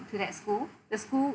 to that school the school